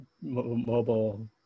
mobile